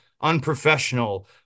unprofessional